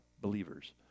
believers